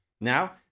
Now